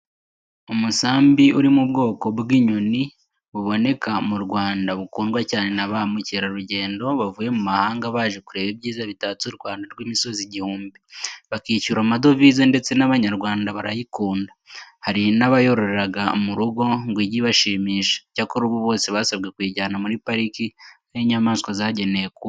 Umusambi uri mu bwoko bw'inyoni buboneka mu Rwanda, bukundwa cyane na ba mukerarugendo bavuye mu mahanga baje kureba ibyiza bitatse u Rwanda rw'imisozi igihumbi, bakishyura amadovise, ndetse n'abanyarwanda barayikunda, hari n'abayororeraga mu rugo ngo ijye ibashimisha, cyakora ubu bose basabwe kuyijyana muri pariki aho inyamaswa zagenewe kuba.